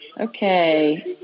Okay